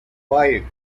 five